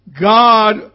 God